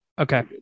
Okay